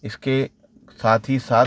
इसके साथ ही साथ